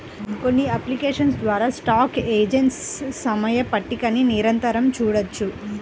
కొన్ని అప్లికేషన్స్ ద్వారా stock exchange సమయ పట్టికని నిరంతరం చూడొచ్చు